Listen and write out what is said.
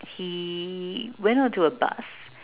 he went onto a bus